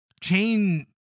chain